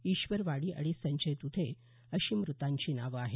ईश्वर वाणी आणि संजय दुधे अशी मृतांची नावे आहेत